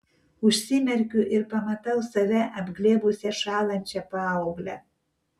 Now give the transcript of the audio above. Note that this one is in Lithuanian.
užsimerkiu ir pamatau save apglėbusią šąlančią paauglę